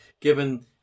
given